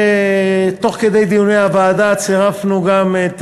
ותוך כדי דיוני הוועדה צירפנו גם את